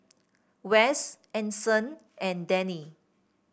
Wess Anson and Dennie